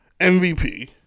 MVP